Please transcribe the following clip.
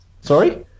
Sorry